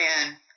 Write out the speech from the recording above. man